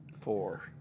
Four